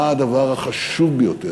מה הדבר החשוב ביותר,